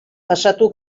pasatu